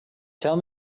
tell